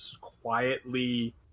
quietly